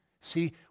See